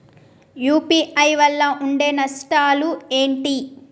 UPI వల్ల ఉండే నష్టాలు ఏంటి??